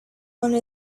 one